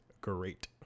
great